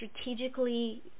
strategically